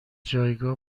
جایگاه